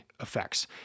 effects